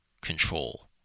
control